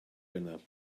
wener